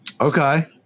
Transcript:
Okay